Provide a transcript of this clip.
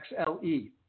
XLE